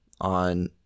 on